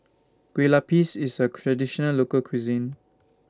Kueh Lapis IS A Traditional Local Cuisine